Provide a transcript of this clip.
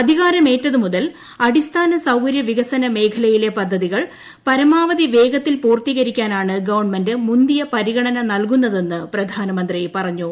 അധികാരമേറ്റതുമുതൽ അടിസ്ഥാന സൌകര്യവികസന മേഖലയിലെ പദ്ധതികൾ പരമാവധി വേഗത്തിൽ പൂർത്തീകരിക്കാനാണ് ഗവൺമെന്റ് മുന്തിയ പരിഗണന നൽകിയതെന്ന് പ്രധാനമന്ത്രി പറഞ്ഞു